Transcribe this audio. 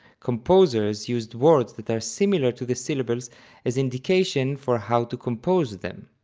composers used words that are similar to the syllables as indication for how to compose them.